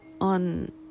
on